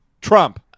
Trump